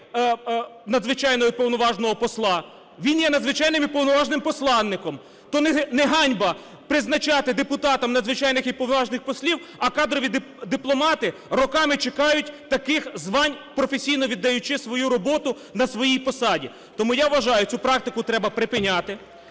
Надзвичайного і Повноважного Посла? Він є надзвичайним і повноважним посланником. То не ганьба призначати депутатам надзвичайних і повноважних послів, а кадрові дипломати роками чекають таких звань, професійно віддаючи свою роботу на своїй посаді?! Тому я вважаю, цю практику треба припиняти.